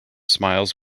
smiles